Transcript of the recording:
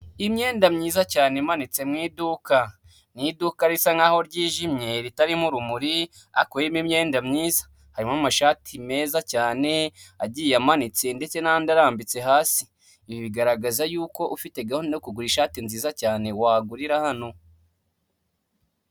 Imyenda myiza cyane imanitse mu iduka, ni iduka risa nkaho ryijimye ritarimo urumuri ariko ririmo imyenda myiza, harimo amashati meza cyane, agiye amanitse ndetse n'andi arambitse hasi, ibi bigaragaza yuko ufite gahunda yo kugura ishati nziza cyane wagurira hano.